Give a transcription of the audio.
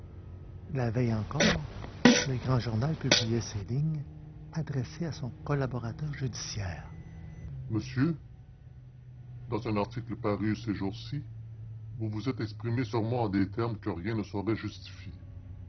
la veille encore le grand journal publiait ces lignes adressées à son collaborateur judiciaire monsieur dans un article paru ces jours-ci vous vous êtes exprimé sur moi en des termes que rien ne saurait justifier